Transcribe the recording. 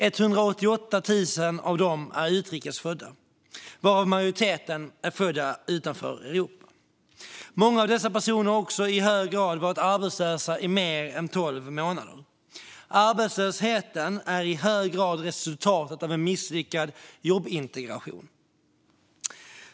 188 000 av dem är utrikes födda, varav majoriteten är födda utanför Europa. Många av dessa personer har också varit arbetslösa i mer än 12 månader. Arbetslösheten är i hög grad resultatet av en misslyckad jobbintegration.